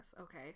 okay